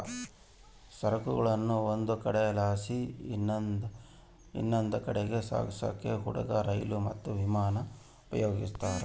ಸರಕುಗುಳ್ನ ಒಂದು ಕಡೆಲಾಸಿ ಇನವಂದ್ ಕಡೀಗ್ ಸಾಗ್ಸಾಕ ಹಡುಗು, ರೈಲು, ಮತ್ತೆ ವಿಮಾನಾನ ಉಪಯೋಗಿಸ್ತಾರ